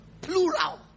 Plural